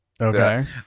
Okay